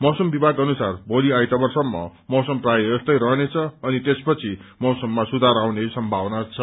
मौसम विभाग अनुसार भोलि आइतबारसम्म मौसम प्रायः यस्तै रहनेछ अनि त्यसपछि मौसममा सुधार आउने सम्भावना छ